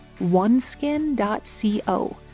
oneskin.co